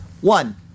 One